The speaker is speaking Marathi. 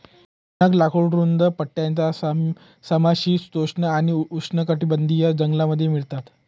टणक लाकूड रुंद पट्ट्याच्या समशीतोष्ण आणि उष्णकटिबंधीय जंगलांमध्ये मिळतात